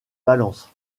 valence